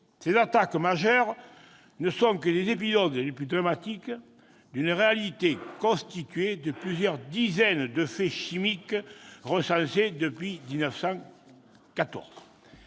Ces attaques majeures ne sont que les épisodes les plus dramatiques d'une réalité composée de plusieurs dizaines de faits chimiques recensés depuis 2014.